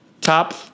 top